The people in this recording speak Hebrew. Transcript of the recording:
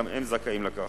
גם הם זכאים לכך.